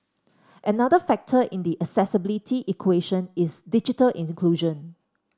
another factor in the accessibility equation is digital in the